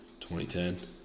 2010